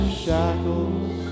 shackles